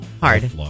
hard